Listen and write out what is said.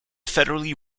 federally